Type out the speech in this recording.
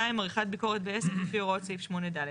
2. עריכת ביקורת בעסק לפי הוראות סעיף 8 (ד').